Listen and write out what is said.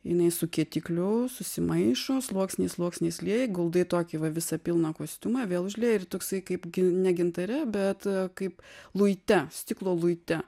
jinai su kietikliu susimaišo sluoksniais sluoksniais lieji guldai tokį va visą pilną kostiumą vėl užlieji ir toksai kaip gi ne gintare bet kaip luite stiklo luite